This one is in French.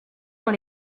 dans